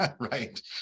Right